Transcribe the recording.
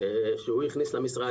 שהוא הכניס למשרד.